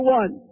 one